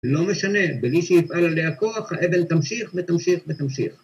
לא משנה, בלי שיפעל עליה כוח, האבן תמשיך ותמשיך ותמשיך.